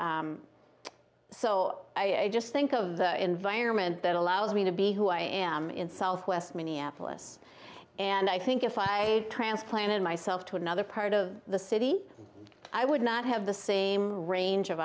so i just think of the environment that allows me to be who i am in southwest minneapolis and i think if i transplanted myself to another part of the city i would not have the same range of